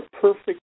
perfect